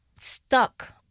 stuck